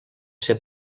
ser